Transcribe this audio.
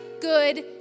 good